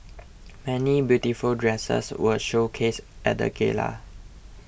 many beautiful dresses were showcased at the gala